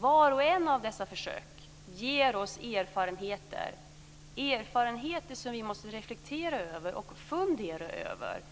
Vart och ett av dessa försök ger oss erfarenheter som vi måste reflektera och fundera över.